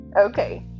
Okay